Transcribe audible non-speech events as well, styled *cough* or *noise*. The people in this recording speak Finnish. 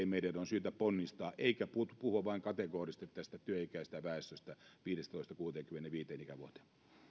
*unintelligible* meidän on myöskin syytä ponnistaa eikä puhua kategorisesti tästä työikäisestä väestöstä vain viidestätoista kuuteenkymmeneenviiteen ikävuoteen